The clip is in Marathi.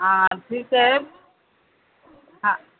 हां ठीक आहे हां